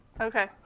Okay